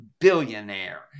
billionaire